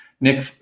Nick